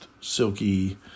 silky